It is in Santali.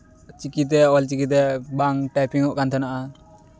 ᱪᱤᱠᱤᱛᱮ ᱚᱞᱪᱤᱠᱤᱛᱮ ᱵᱟᱝ ᱴᱟᱭᱯᱤᱝ ᱚᱜ ᱠᱟᱱ ᱛᱟᱦᱮᱸ ᱠᱟᱱᱟ